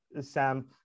Sam